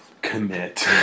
commit